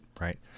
right